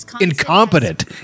incompetent